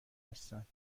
هستند